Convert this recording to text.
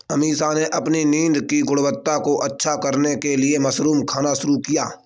अमीषा ने अपनी नींद की गुणवत्ता को अच्छा करने के लिए मशरूम खाना शुरू किया